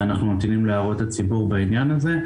אנחנו ממתינים להערות הציבור בעניין הזה.